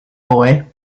boy